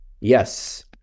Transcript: Yes